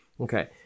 Okay